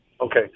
Okay